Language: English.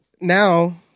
now